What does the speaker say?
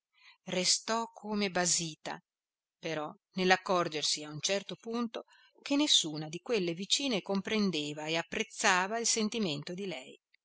restò come basita però nell'accorgersi a un certo punto che nessuna di quelle vicine comprendeva e apprezzava il sentimento di lei